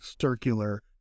circular